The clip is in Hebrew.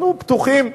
אנחנו פתוחים,